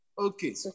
Okay